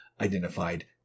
identified